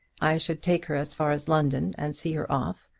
i should take her as far as london and see her off,